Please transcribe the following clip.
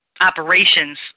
operations